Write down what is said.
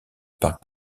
parc